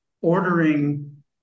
ordering